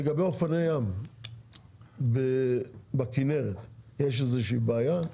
לגבי אופני ים בכנרת, יש איזה שהיא בעיה?